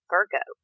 Virgo